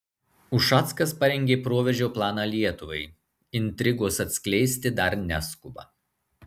ušackas parengė proveržio planą lietuvai intrigos atskleisti dar neskuba